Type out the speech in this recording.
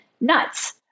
nuts